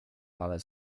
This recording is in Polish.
ale